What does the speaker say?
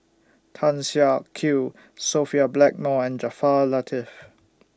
Tan Siak Kew Sophia Blackmore and Jaafar Latiff